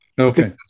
Okay